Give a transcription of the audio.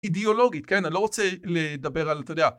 אידאולוגית כן אני לא רוצה לדבר על אתה יודע